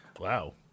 Wow